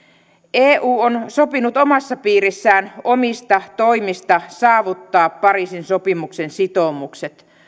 eu on sopinut omassa piirissään omista toimista saavuttaa pariisin sopimuksen sitoumukset